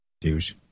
Douche